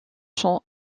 sont